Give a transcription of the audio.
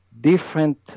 different